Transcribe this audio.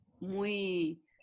muy